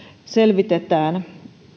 selvitetään